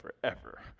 forever